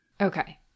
Okay